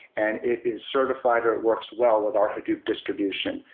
and it is certified or it works well with our hadoop distribution.